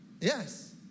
Yes